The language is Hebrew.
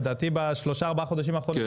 לדעתי בשלושה-ארבעה חודשים אחרונים,